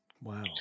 Wow